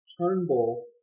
Turnbull